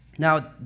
Now